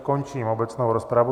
Končím obecnou rozpravu.